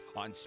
on